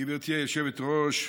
גברתי היושבת-ראש,